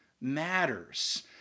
matters